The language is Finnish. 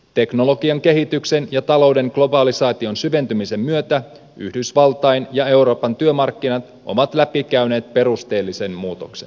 teknologian kehityksen ja talouden globalisaation syventymisen myötä yhdysvaltain ja euroopan työmarkkinat ovat läpikäyneet perusteellisen muutoksen